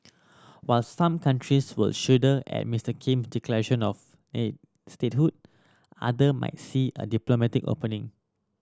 while some countries will shudder at Mister Kim to declaration of statehood other might see a diplomatic opening